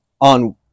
on